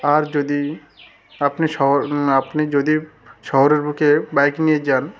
আর যদি আপনি শহর আপনি যদি শহরের বুকে বাইক নিয়ে যান